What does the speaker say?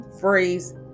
phrase